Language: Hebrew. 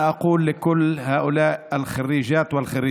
להלן תרגומם: אני אומר לכל הבוגרות והבוגרים